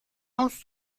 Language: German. aus